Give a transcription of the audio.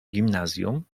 gimnazjum